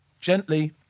gently